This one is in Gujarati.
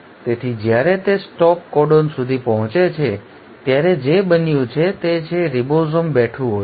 તેથી જ્યારે તે સ્ટોપ કોડોન સુધી પહોંચે છે ત્યારે જે બન્યું છે તે છે રિબોઝોમ બેઠું હોય છે